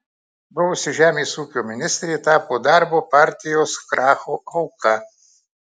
buvusi žemės ūkio ministrė tapo darbo partijos kracho auka